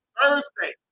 Thursday